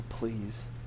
Please